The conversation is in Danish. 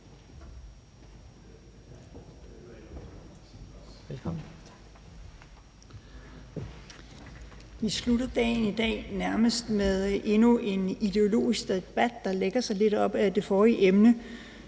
Vi slutter dagen i dag med endnu en nærmest ideologisk debat, der lægger sig lidt op ad det forrige emne.